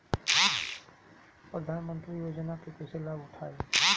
प्रधानमंत्री योजना के कईसे लाभ उठाईम?